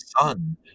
son